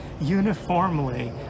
uniformly